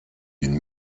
d’une